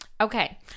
Okay